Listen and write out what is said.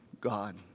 God